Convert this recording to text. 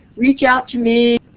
reach out to me.